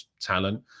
talent